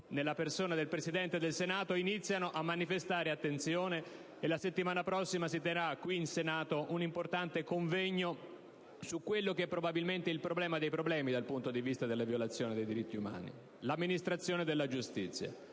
nella persona del Presidente del Senato, iniziano a manifestare attenzione. La settimana prossima si terrà qui in Senato un importante convegno su quello che è probabilmente il problema dei problemi dal punto di vista della violazione dei diritti umani, ovvero l'amministrazione della giustizia.